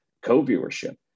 co-viewership